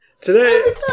today